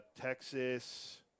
Texas